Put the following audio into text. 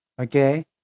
okay